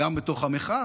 גם בתוך המחאה,